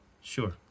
Sure